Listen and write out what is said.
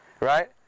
Right